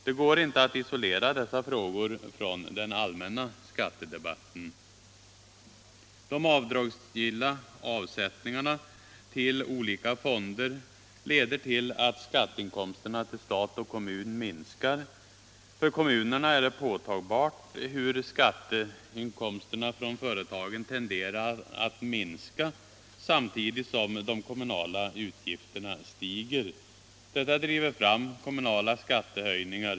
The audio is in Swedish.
Det går inte att isolera dessa frågor från den allmänna skattedebatten. De avdragsgilla avsättningarna till olika fonder leder till att skatteinkomsterna till stat och kommun minskar. För kommunerna är det påtagbart hur skatteinkomsterna från företagen tenderar att minska samtidigt som de kommunala utgifterna stiger. Detta driver fram kommunala skattehöjningar.